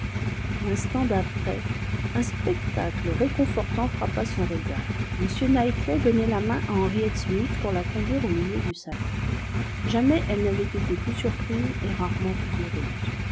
l'instant d'après un spectacle réconfortant frappa son regard m knightley donnait la main à henriette smith pour la conduire au milieu du salon jamais elle n'avait été plus surprise et rarement plus heureuse